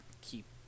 keep